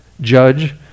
judge